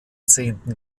zehnten